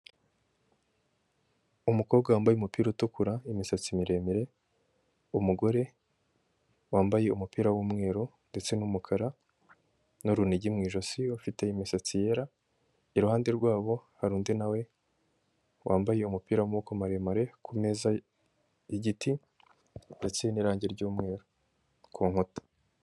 Umukobwa wambaye umupira utukura imisatsi miremire, umugore wambaye umupira w'umweru ndetse numukara, n'urunigi mu ijosi ufite imisatsi yera iruhande rwabo hari undi nawe wambaye umupira w'amaboko maremare ku meza y'igiti, hateye n'irangi ry'umweru ku nkuta.